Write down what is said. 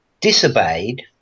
disobeyed